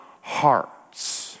hearts